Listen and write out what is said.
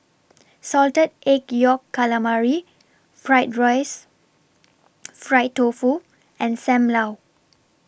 Salted Egg Yolk Calamari Fried Rice Fried Tofu and SAM Lau